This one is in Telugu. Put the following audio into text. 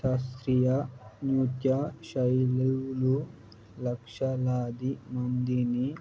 శాస్త్రీయ నృత్య శైలులు లక్షలాది మందిని